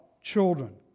children